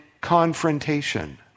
confrontation